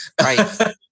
right